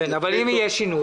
אבל אם יהיה שינוי?